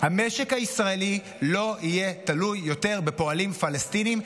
המשק הישראלי לא יהיה תלוי יותר בפועלים פלסטינים,